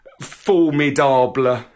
formidable